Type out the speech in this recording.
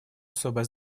особое